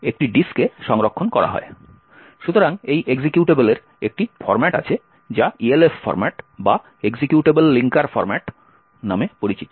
সুতরাং এই এক্সিকিউটেবলের একটি ফরম্যাট আছে যা ELF ফরম্যাট বা এক্সিকিউটেবল লিঙ্কার ফরম্যাট নামে পরিচিত